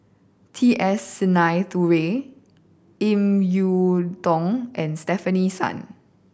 T S Sinnathuray Ip Yiu Tung and Stefanie Sun